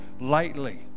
Lightly